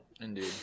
Indeed